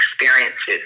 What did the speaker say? experiences